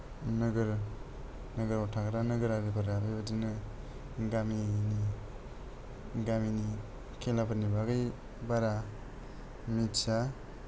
नोगोर नोगोराव थाग्रा नोगोरारिफोरा बेबादिनो गामिनि गामिनि खेलाफोरनि बागै बारा मिथिया